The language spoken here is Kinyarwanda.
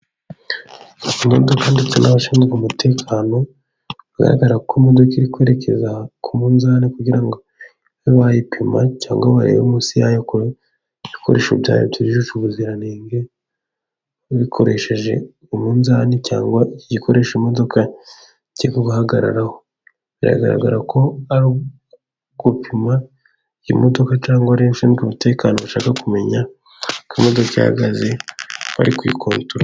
Imodoka ndetse n'abashinzwe umutekano bigaragara ko imodoka iri kwerekeza ku munzani kugira ngo bayipime, cyangwa barebe munsi yayo ko ibikoresho byayo byujuje ubuziranenge. Bakoresheje umunzani cyangwa igikoresha imodoka iri guhagaraho biragaragara ko arugupima imodoka, cyangwa abashinzwe umutekano bashaka kumenya ako imodoka ihagaze bari kuyikubita.